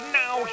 now